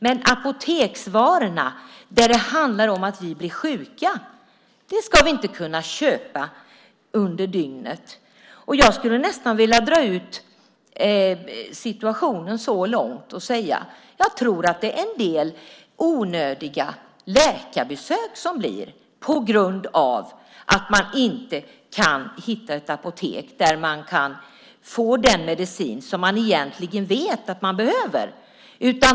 Men apoteksvarorna, då det handlar om att vi blir sjuka, ska vi inte kunna köpa under hela dygnet. Jag skulle nästan vilja dra ut resonemanget så långt att jag säger att jag tror att det blir en del onödiga läkarbesök på grund av att man inte kan hitta ett apotek där man kan få den medicin som man egentligen vet att man behöver.